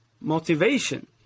motivation